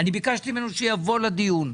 ביקשתי ממנו שיבוא לדיון,